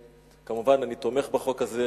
מובן שאני תומך בחוק הזה,